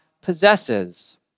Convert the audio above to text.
possesses